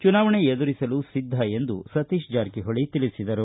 ಚುನಾವಣೆ ಎದುರಿಸಲು ಸಿದ್ದ ಎಂದು ಸತೀಶ ಜಾರಕಿಹೊಳಿ ತಿಳಿಸಿದರು